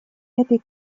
этой